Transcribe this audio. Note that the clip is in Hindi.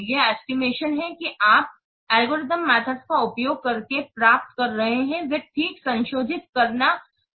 यह एस्टिमेशन है कि आप एल्गोरिथ्म मेथड का उपयोग करके प्राप्त कर रहे हैं वे ठीक संशोधित करना आसान है